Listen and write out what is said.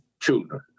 children